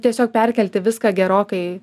tiesiog perkelti viską gerokai